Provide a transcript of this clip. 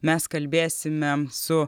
mes kalbėsime su